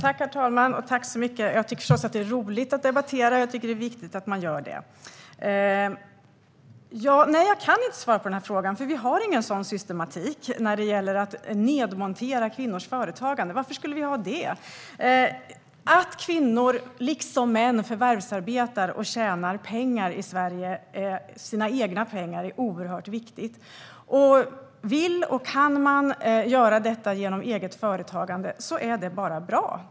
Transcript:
Herr talman! Jag tycker förstås att det är roligt att debattera, och det är viktigt att man gör det. Jag kan inte svara på den frågan, för vi har ingen sådan systematik för att nedmontera kvinnors företagande. Varför skulle vi ha det? Att kvinnor, liksom män, förvärvsarbetar och tjänar egna pengar i Sverige är oerhört viktigt. Vill och kan man göra det genom eget företagande är det bara bra.